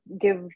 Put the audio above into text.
give